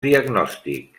diagnòstic